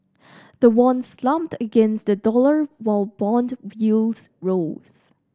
the won slumped against the dollar while bond yields rose